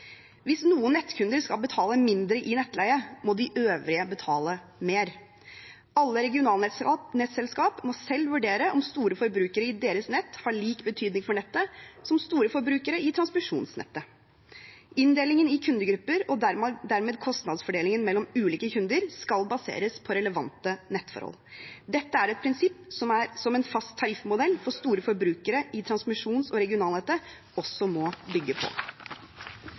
Hvis noen nettkunder skal betale mindre i nettleie, må de øvrige betale mer. Alle regionalnettselskap må selv vurdere om store forbrukere i deres nett har lik betydning for nettet som store forbrukere i transmisjonsnettet. Inndelingen i kundegrupper og dermed kostnadsfordelingen mellom ulike kunder skal baseres på relevante nettforhold. Dette er et prinsipp som en fast tariffmodell for store forbrukere i transmisjons- og regionalnettet også må bygge på.